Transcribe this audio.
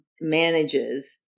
manages